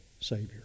Savior